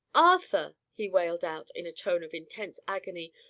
arthur! he wailed out, in a tone of intense agony,